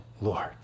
Lord